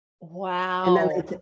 Wow